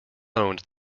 owned